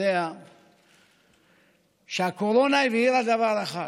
יודע שהקורונה הבהירה דבר אחד: